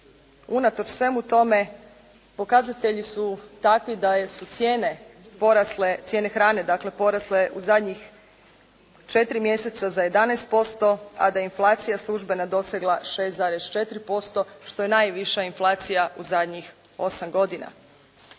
unatoč svemu tome pokazatelji su takvi da su cijene porasle, cijene hrane dakle porasle u zadnjih 4 mjeseca za 11%, a da inflacija službena dosegla 6,4% što je najviša inflacija u zadnjih 8 godina.